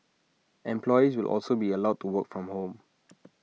employees will also be allowed to work from home